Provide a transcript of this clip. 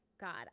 God